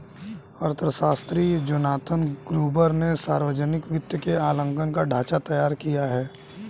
अर्थशास्त्री Jonathan Gruber ने सावर्जनिक वित्त के आंकलन का ढाँचा तैयार किया है